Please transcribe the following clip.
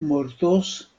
mortos